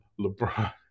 lebron